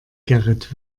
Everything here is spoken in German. gerrit